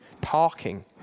parking